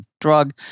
drug